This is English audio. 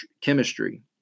chemistry